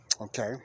Okay